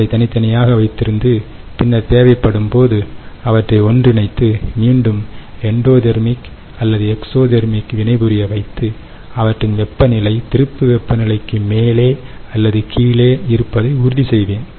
அவற்றை தனித்தனியாக வைத்திருந்து பின்னர் தேவைப்படும்போது அவற்றை ஒன்றிணைத்து மீண்டும் எண்டோதெர்மிக் அல்லது எக்ஸோதெர்மிக் வினை புரிய வைத்து அவற்றின் வெப்பநிலை திருப்பு வெப்பநிலைக்கு மேலே அல்லது கீழே இருப்பதை உறுதி செய்வேன்